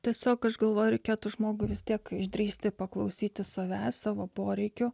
tiesiog aš galvoju reikėtų žmogų vis tiek išdrįsti paklausyti savęs savo poreikių